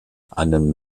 einen